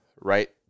right